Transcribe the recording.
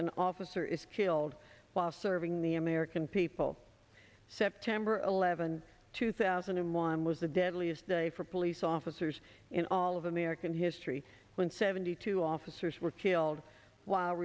an officer is killed while serving the american people september eleventh two thousand and one was the deadliest day for police officers in all of american history when seventy two officers were killed while